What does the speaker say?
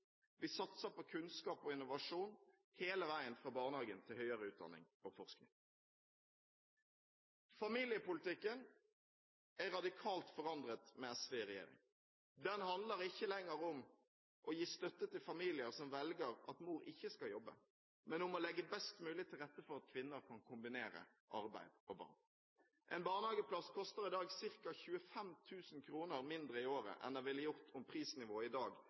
Vi satser på kunnskap og innovasjon hele veien, fra barnehagen til høyere utdanning og forskning. Familiepolitikken er radikalt forandret med SV i regjering. Den handler ikke lenger om å gi støtte til familier som velger at mor ikke skal jobbe, men om å legge best mulig til rette for at kvinner kan kombinere arbeid og barn. En barnehageplass koster i dag ca. 25 000 kr mindre i året enn den ville gjort om prisnivået i dag